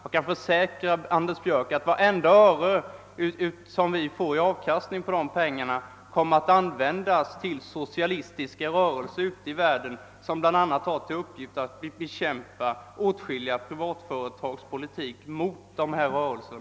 Jag kan försäkra Anders Björck att vartenda öre vi får i avkastning på aktierna kommer att användas till socialistiska rörelser ute i världen som bl.a. har till uppgift att bekämpa åtskilliga privata företags politik mot dessa rörelser.